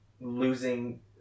losing